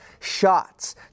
shots